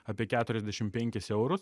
apie keturiasdešim penkis eurus